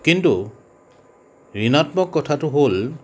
কিন্তু ঋণাত্মক কথাটো হ'ল